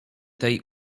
tej